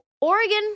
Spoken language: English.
Oregon